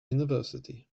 university